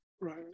Right